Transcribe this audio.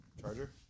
Charger